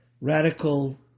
radical